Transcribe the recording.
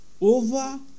over